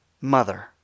mother